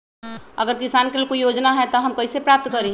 अगर किसान के लेल कोई योजना है त हम कईसे प्राप्त करी?